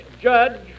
judge